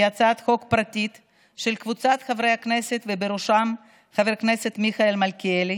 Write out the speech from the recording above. היא הצעת חוק פרטית של קבוצת חברי כנסת ובראשם חבר הכנסת מיכאל מלכיאלי,